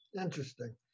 Interesting